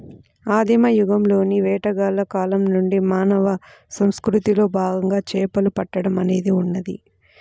ఆదిమ యుగంలోని వేటగాళ్ల కాలం నుండి మానవ సంస్కృతిలో భాగంగా చేపలు పట్టడం అనేది ఉన్నది